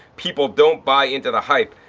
people, don't buy into hype,